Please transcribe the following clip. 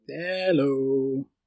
Hello